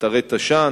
אתרי תש"ן,